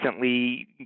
recently